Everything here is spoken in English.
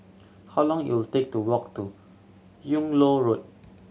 how long you take to walk to Yung Loh Road